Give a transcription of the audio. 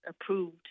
approved